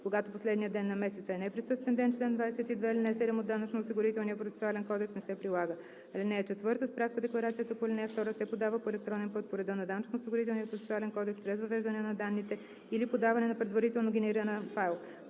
Когато последният ден на месеца е неприсъствен ден, чл. 22, ал. 7 от Данъчно-осигурителния процесуален кодекс не се прилага. (4) Справка-декларацията по ал. 2 се подава по електронен път по реда на Данъчно-осигурителния процесуален кодекс чрез въвеждане на данните или подаване на предварително генериран файл.